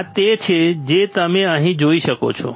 આ તે છે જે તમે અહીં જોઈ શકો છો